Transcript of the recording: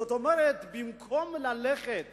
זאת אומרת, במקום ללכת